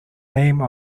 name